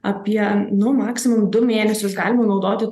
apie nu maksimum du mėnesius galima naudoti